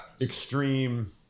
extreme